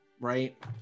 right